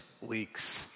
weeks